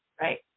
Right